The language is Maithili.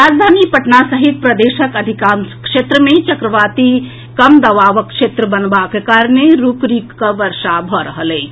राजधानी पटना सहित प्रदेशक अधिकांश क्षेत्र मे चक्रवाती कम दबावक क्षेत्र बनबाक कारणे रूकि रूकि कऽ वर्षा भऽ रहल अछि